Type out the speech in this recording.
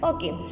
Okay